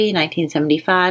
1975